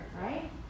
right